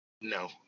No